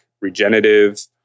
regenerative